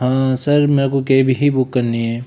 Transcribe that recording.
हाँ सर मेरे को कैब ही बुक करनी है